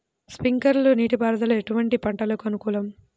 Sprinkler నీటిపారుదల ఎటువంటి పంటలకు అనుకూలము?